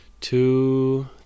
two